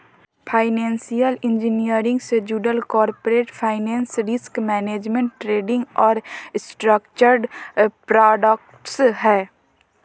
financial engineering से जुडल corporate finance, risk management, trading और स्ट्रक्चर्ड प्रॉडक्ट्स हय